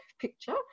picture